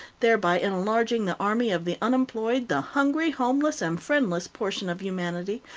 thereby enlarging the army of the unemployed, the hungry, homeless, and friendless portion of humanity,